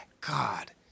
God